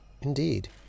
Indeed